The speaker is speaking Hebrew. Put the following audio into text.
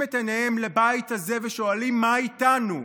את עיניהם לבית הזה ושואלים: מה איתנו?